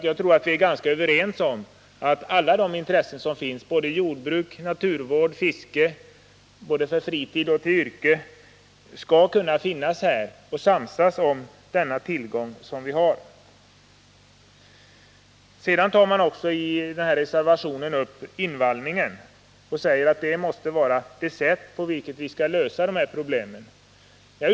Jag tror att vi är ganska överens om att alla de intressen det här gäller: jordbruk, naturvård, fiske — på fritid och som yrke — skall kunna samsas om de tillgångar som vi här har. Reservationen tar också upp frågan om invallningen. Man säger att detta måste vara det sätt på vilket vi skall lösa de problem det här gäller.